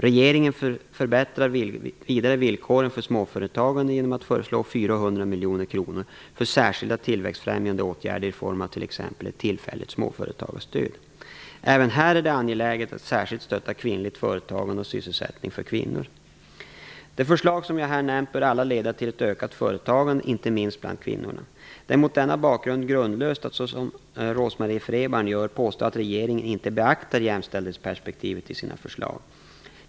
Regeringen förbättrar vidare villkoren för småföretagandet genom att föreslå 400 miljoner kronor för särskilda tillväxtfrämjande åtgärder i form av t.ex. ett tillfälligt småföretagsstöd. Även här är det angeläget att särskilt stötta kvinnligt företagande och sysselsättning för kvinnor. De förslag som jag här har nämnt bör alla leda till ett ökat företagande, inte minst bland kvinnor. Det är mot denna bakgrund grundlöst att, som Rose-Marie Frebran gör, påstå att regeringen inte beaktar jämställdhetsperspektivet i sina förslag.